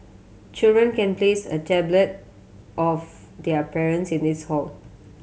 children can place a tablet of their parents in this hall